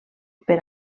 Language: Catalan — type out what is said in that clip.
per